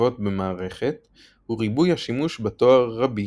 בכתובות במערכת הוא ריבוי השימוש בתואר רבי.